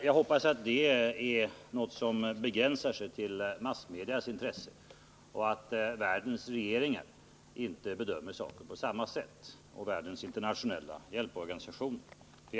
Jag hoppas att detta är någonting som begränsar sig till massmedia och att världens regeringar och internationella hjälporganisationer inte gör likadant.